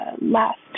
last